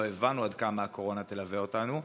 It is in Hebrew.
לא הבנו עד כמה הקורונה תלווה אותנו,